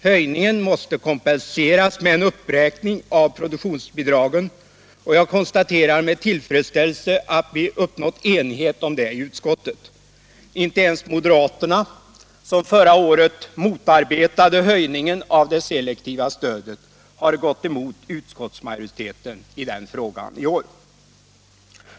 Höjningen måste kompenseras med en uppräkning av produktionsbidragen, och jag konstaterar med tillfredsställelse att vi uppnått enighet om det i utskottet. Inte ens moderaterna, som förra året motarbetade höjningen av det selektiva stödet, har gått emot utskottsmajoriteten i den frågan i år.